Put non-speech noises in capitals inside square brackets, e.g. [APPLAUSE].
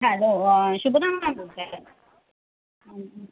hello Shubhada [UNINTELLIGIBLE]